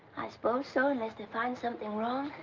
i suppose so. unless they find something wrong.